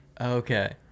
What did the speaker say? okay